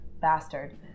bastard